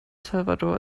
salvador